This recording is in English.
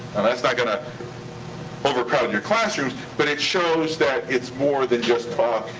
and that's not gonna overcrowd your classrooms, but it shows that it's more than just talk.